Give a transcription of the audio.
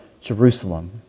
Jerusalem